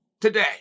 today